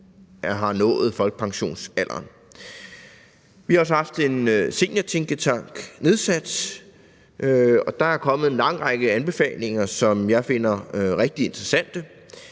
har nået folkepensionsalderen. Vi har også haft en seniortænketank nedsat, og der er kommet en lang række anbefalinger, som jeg finder rigtig interessante.